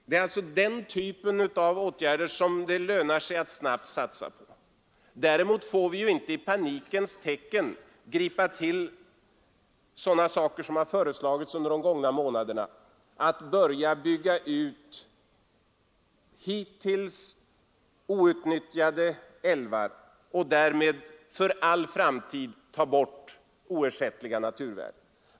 Det är alltså den typen av åtgärder som det lönar sig att snabbt satsa på. Däremot får vi inte i panikens tecken gripa till sådana saker som har föreslagits under de gångna månaderna, nämligen att börja bygga ut hittills outnyttjade älvar och därmed för all framtid ta bort oersättliga naturvärden.